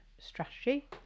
strategy